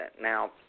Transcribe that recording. now